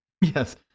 Yes